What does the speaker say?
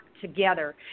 together